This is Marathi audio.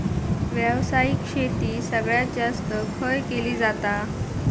व्यावसायिक शेती सगळ्यात जास्त खय केली जाता?